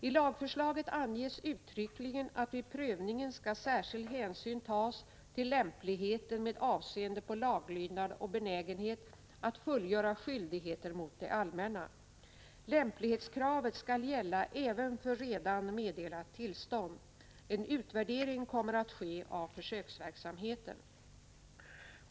I lagförslaget anges uttryckligen att vid prövningen särskild hänsyn skall tas till lämpligheten med avseende på laglydnad och benägenhet att fullgöra skyldigheter mot det allmänna. Lämplighetskravet skall gälla även för redan meddelat tillstånd. En utvärdering kommer att ske av försöksverksamheten.